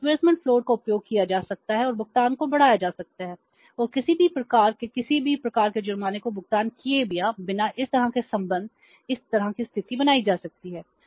तो disbursement float का उपयोग किया जा सकता है और भुगतान को बढ़ाया जा सकता है और किसी भी प्रकार के किसी भी प्रकार के जुर्माना का भुगतान किए बिना इस तरह के संबंध इस तरह की स्थिति बनाई जा सकती है